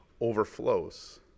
overflows